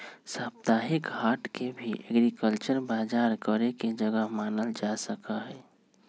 साप्ताहिक हाट के भी एग्रीकल्चरल बजार करे के जगह मानल जा सका हई